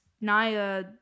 Naya